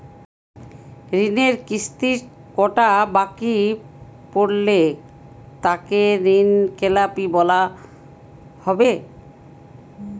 ঋণের কিস্তি কটা বাকি পড়লে তাকে ঋণখেলাপি বলা হবে?